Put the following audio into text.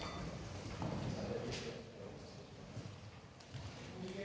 Tak